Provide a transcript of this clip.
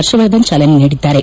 ಪರ್ಷವರ್ಧನ್ ಜಾಲನೆ ನೀಡಿದ್ದಾರೆ